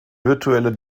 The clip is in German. virtuelle